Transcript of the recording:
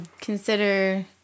consider